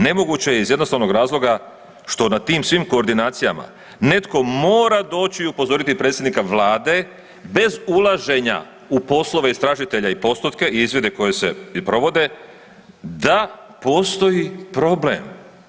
Nemoguće je iz jednostavnog razloga što na tim svim koordinacijama netko mora doći i upozoriti predsjednika Vlade bez ulaženja u poslove istražitelja i postotke i izvide koji se provode da postoji problem.